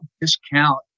discount